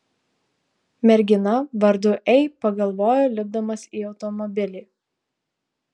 mergina vardu ei pagalvojo lipdamas į automobilį